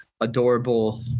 adorable